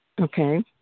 Okay